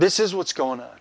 this is what's going on